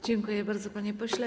Dziękuję bardzo, panie pośle.